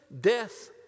death